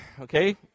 okay